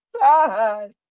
time